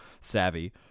savvy